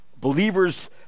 believers